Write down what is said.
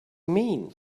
mean